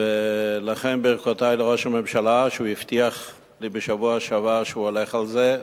ולכן ברכותי לראש הממשלה שהבטיח לי בשבוע שעבר שהוא הולך על זה.